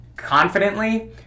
Confidently